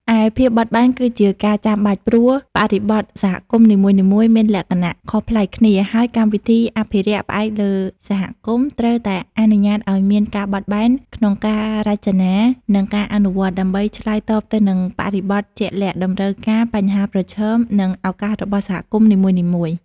ឯភាពបត់បែន គឺជាការចាំបាច់ ព្រោះបរិបទសហគមន៍នីមួយៗមានលក្ខណៈខុសប្លែកគ្នា ហើយកម្មវិធីអភិរក្សផ្អែកលើសហគមន៍ ត្រូវតែអនុញ្ញាតឱ្យមាន ការបត់បែន ក្នុងការរចនា និងការអនុវត្ត ដើម្បីឆ្លើយតបទៅនឹងបរិបទជាក់លាក់ តម្រូវការ បញ្ហាប្រឈម និងឱកាសរបស់សហគមន៍នីមួយៗ។